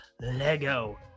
Lego